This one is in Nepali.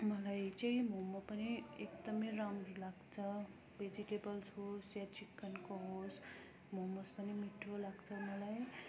मलाई चाहिँ मोमो पनि एकदम राम्रो लाग्छ भेजिटेबल्स होस् या चिकनको होस् मोमोज पनि मिठो लाग्छ मलाई